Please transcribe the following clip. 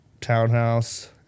townhouse